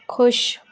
ਖੁਸ਼